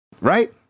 Right